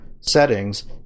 settings